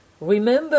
Remember